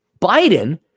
Biden